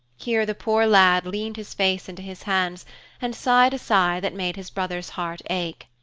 here the poor lad leaned his face into his hands and sighed a sigh that made his brother's heart ache.